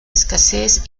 escasez